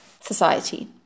society